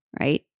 right